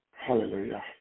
Hallelujah